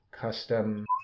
custom